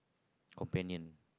companion